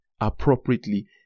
appropriately